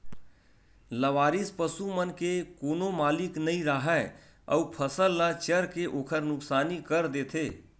लवारिस पसू मन के कोनो मालिक नइ राहय अउ फसल ल चर के ओखर नुकसानी कर देथे